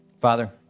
Father